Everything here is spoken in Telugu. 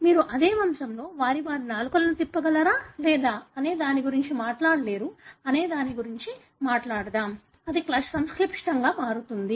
మీరు అదే వంశంలో వారు వారి నాలుకను తిప్పగలరా లేదా అనే దాని గురించి మాట్లాడలేరు అనే దాని గురించి మీరు మాట్లాడలేరు అది సంక్లిష్టంగా మారుతుంది